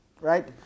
Right